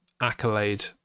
accolade